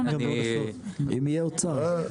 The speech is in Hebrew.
אם יהיה אוצר.